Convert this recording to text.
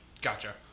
Gotcha